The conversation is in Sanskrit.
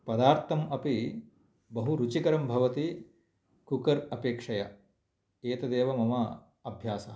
पदार्थम् अपि बहु रुचिकरं भवति कुकर् अपेक्षया एतदेव मम अभ्यासः